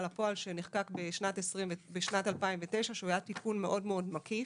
לפועל שנחקק בשנת 2009 שהוא היה תיקון מאוד מאוד מקיף.